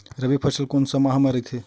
रबी फसल कोन सा माह म रथे?